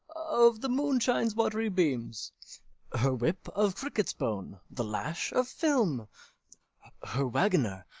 of the moonshine's watery beams her whip, of cricket's bone the lash, of film her waggoner,